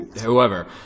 whoever